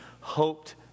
hoped